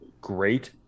great